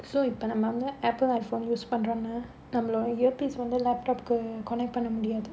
so இப்ப நம்ம வந்து:ippa namma vandhu apple iPhone use பண்றோம்ல நம்மளோட:pandromla nammaloda earpiece வந்து:vandhu laptop connect பண்ண முடியாது:panna mudiyaadhu